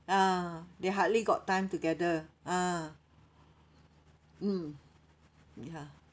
ah they hardly got time together ah mm ya